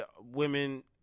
women